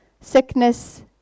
Sickness